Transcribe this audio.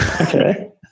Okay